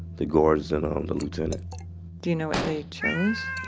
the guards and um the lieutenant do you know what they chose?